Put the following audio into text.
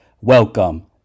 welcome